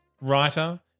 writer